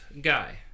guy